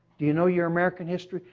do you know your american history?